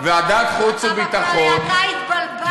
אתה התבלבלת, אדוני היקר.